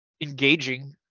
engaging